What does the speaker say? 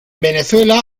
venezuela